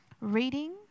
Reading